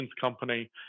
company